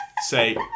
say